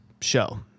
show